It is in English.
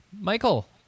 Michael